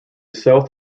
south